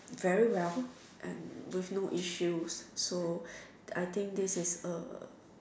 very well and with no issues so I think this is a